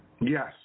Yes